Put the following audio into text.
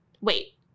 Wait